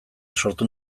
sortu